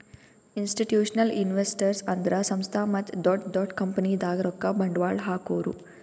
institutional investors ಅಂದ್ರ ಸಂಸ್ಥಾ ಮತ್ತ್ ದೊಡ್ಡ್ ದೊಡ್ಡ್ ಕಂಪನಿದಾಗ್ ರೊಕ್ಕ ಬಂಡ್ವಾಳ್ ಹಾಕೋರು